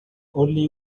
only